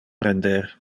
prender